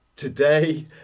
Today